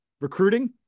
recruiting